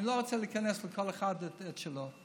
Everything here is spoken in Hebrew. אני לא רוצה להיכנס ולכל אחד לתת את שלו.